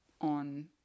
on